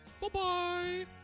Bye-bye